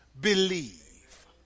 believe